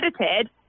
edited